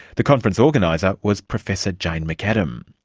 the conference organiser was professor jane mcadam.